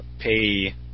pay